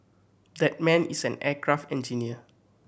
that man is an aircraft engineer